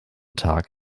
tag